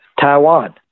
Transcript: Taiwan